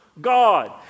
God